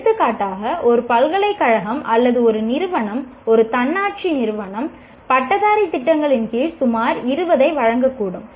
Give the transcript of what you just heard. எடுத்துக்காட்டாக ஒரு பல்கலைக்கழகம் அல்லது ஒரு நிறுவனம் ஒரு தன்னாட்சி நிறுவனம் பட்டதாரி திட்டங்களின் கீழ் சுமார் 20 ஐ வழங்கக்கூடும்